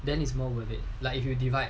then is more worth it like if you divide